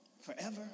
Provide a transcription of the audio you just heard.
forever